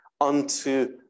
unto